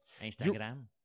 Instagram